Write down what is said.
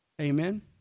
Amen